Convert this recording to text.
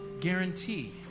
guarantee